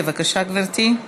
בבקשה, גברתי.